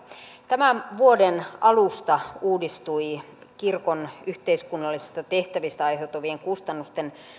tämän vuoden alusta uudistui kirkon yhteiskunnallisista tehtävistä aiheutuvien kustannusten